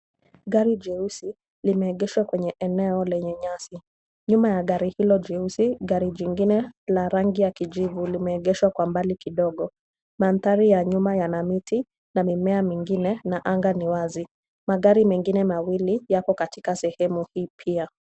Gari jeusi limeegeshwa kwenye eneo lenye nyasi. Nyuma ya gari hilo jeusi gari jingine la rangi ya kijivu limeegeshwa kwa mbali kidogo. Mandhari ya nyuma yana miti na mimea mingine na anga ni wazi. Magari mengine mawili yako katika sehemu hii pia.